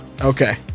okay